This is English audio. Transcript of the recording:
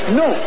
no